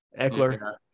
Eckler